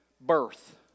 birth